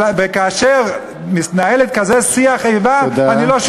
וכאשר מתנהל כזה שיח איבה אני לא, תודה.